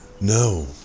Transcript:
No